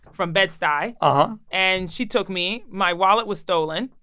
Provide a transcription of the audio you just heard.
from bed-stuy. um and she took me, my wallet was stolen,